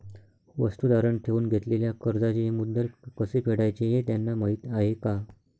वस्तू तारण ठेवून घेतलेल्या कर्जाचे मुद्दल कसे फेडायचे हे त्यांना माहीत आहे का?